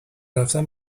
رفتن